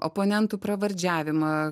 oponentų pravardžiavimą